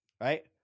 right